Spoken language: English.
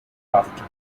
after